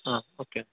okay